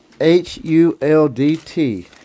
H-U-L-D-T